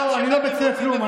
אני לא מציע כלום.